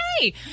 hey